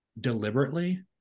deliberately